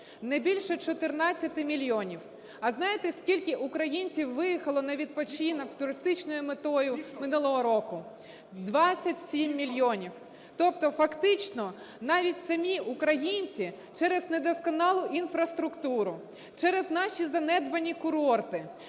Не більше 14 мільйонів. А знаєте, скільки українців виїхало на відпочинок з туристичною метою минулого року? 27 мільйонів. Тобто фактично навіть самі українці через недосконалу інфраструктуру, через наші занедбані курорти,